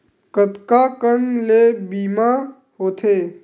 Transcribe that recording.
कतका कन ले बीमा होथे?